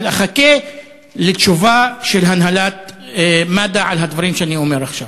אבל אחכה לתשובת הנהלת מד"א על הדברים שאני אומר עכשיו.